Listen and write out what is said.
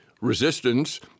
resistance